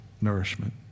nourishment